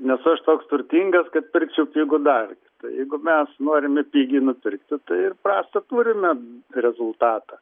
nesu aš toks turtingas kad pirkčiau pigų daiktą jeigu mes norime pigiai nupirkti tai ir prastą turime rezultatą